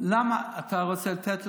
אתה רוצה לתת להם?